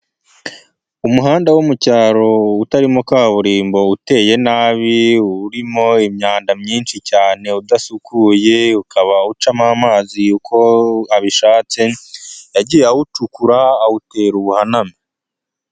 Umuhanda wo mu cyaro utarimo kaburimbo uteye nabi urimo imyanda myinshi cyane udasukuye, ukaba ucamo amazi uko abishatse yagiye awucukura awutera ubuhaname.